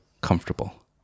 comfortable